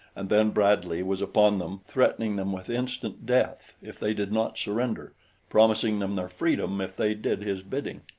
and then bradley was upon them threatening them with instant death if they did not surrender promising them their freedom if they did his bidding.